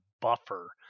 buffer